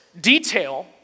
detail